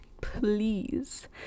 please